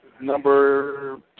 Number